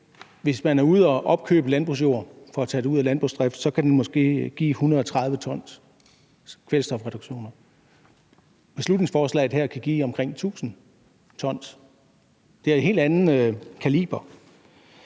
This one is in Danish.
hvis man er ude og opkøbe landbrugsjord for at tage det ud af landbrugsdrift, måske give 130 t kvælstofreduktioner. Beslutningsforslaget her kan give omkring 1.000 t. Det er en helt anden kaliber.